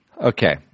Okay